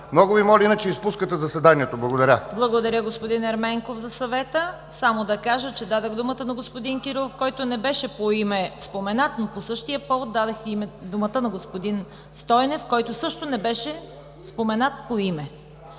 Много Ви, моля иначе изпускате заседанието. Благодаря. ПРЕДСЕДАТЕЛ ЦВЕТА КАРАЯНЧЕВА: Благодаря Ви, господин Ерменков за съвета. Само да кажа, че дадох думата на господин Кирилов, който не беше по име споменат, но по същия повод дадох и думата на господин Стойнев, който също не беше споменат по име.